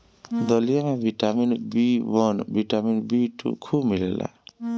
दलिया में vitamin B one, vitamin B two खूब मिलेला